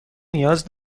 نیاز